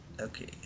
Okay